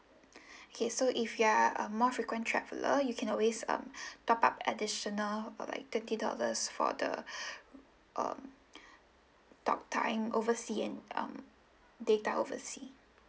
okay so if you are a more frequent traveller you can always um top up additional for like thirty dollars for the um talk time oversea and um data oversea